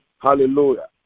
Hallelujah